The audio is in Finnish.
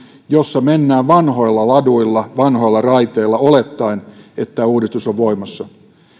jossa mennään vanhoilla laduilla vanhoilla raiteilla olettaen että uudistus on voimassa